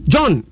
John